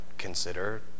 consider